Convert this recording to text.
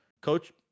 coach